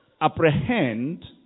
apprehend